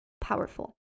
powerful